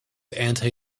anti